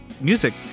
music